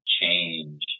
change